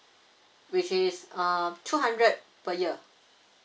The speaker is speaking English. which is uh two hundred per year